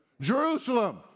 Jerusalem